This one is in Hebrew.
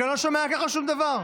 כי אני לא שומע ככה שום דבר.